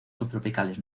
subtropicales